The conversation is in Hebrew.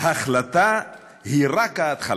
"החלטה היא רק התחלה.